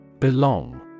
Belong